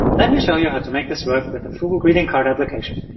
let me show you how to make this work with the fugu greeting card application.